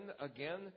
again